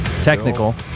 Technical